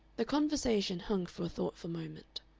the conversation hung for a thoughtful moment.